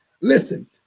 Listen